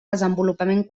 desenvolupament